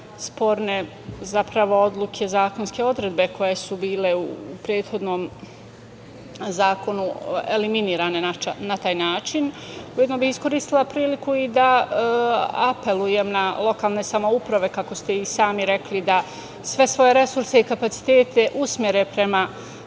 sporne, zapravo zakonske odredbe, koje su bile u prethodnom zakonu, eliminirane na taj način. Ujedno bih iskoristila priliku i da apelujem na lokalne samouprave, kako ste i sami rekli, da sve svoje resurse i kapacitete usmere prema